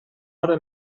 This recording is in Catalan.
hora